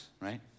right